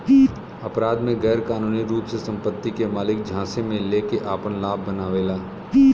अपराध में गैरकानूनी रूप से संपत्ति के मालिक झांसे में लेके आपन लाभ बनावेला